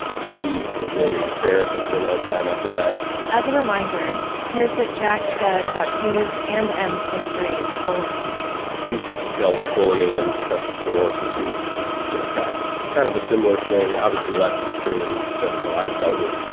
she was in therapy for a long time after that as a reminder, here's what jack said about his and m's history with bullying she's dealt with bullying and stuff before because she was, you know, fat kind of a similar thing obviously, less extreme than what i dealt with